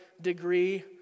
degree